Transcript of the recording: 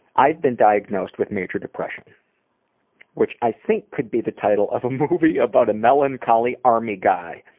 i've been diagnosed with major depression which i think could be the title of a movie about a melancholy army guy.